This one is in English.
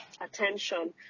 attention